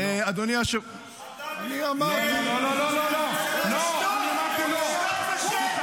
אדוני היושב-ראש --- אתה מחבל והממשלה שלך מחבלת --- שתוק.